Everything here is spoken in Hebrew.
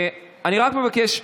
אני רק מבקש,